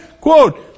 Quote